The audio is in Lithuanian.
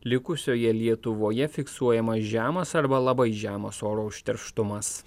likusioje lietuvoje fiksuojamas žemas arba labai žemas oro užterštumas